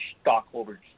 stockholders